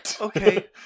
Okay